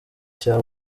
cya